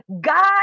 God